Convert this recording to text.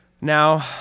Now